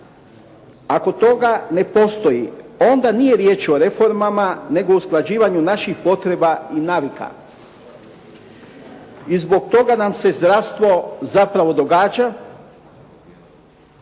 Ako toga ne postoji, onda nije riječ o reformama, nego u usklađivanju naših potreba i navika i zbog toga nam se zdravstvo zapravo događa